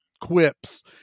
quips